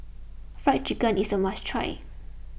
Fried Chicken is a must try